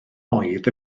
oedd